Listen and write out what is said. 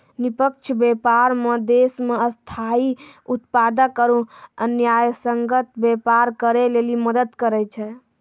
निष्पक्ष व्यापार मे देश मे स्थायी उत्पादक आरू न्यायसंगत व्यापार करै लेली मदद करै छै